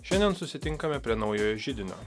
šiandien susitinkame prie naujojo židinio